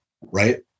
right